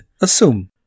assume